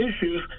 issues